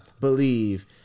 believe